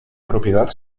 propiedad